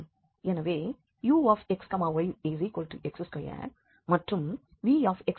எனவே uxyx2 மற்றும் vxyxy